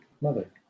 mother